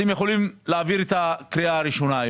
אתם יכולים להעביר את הקריאה הראשונה.